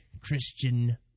Christian